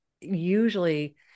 usually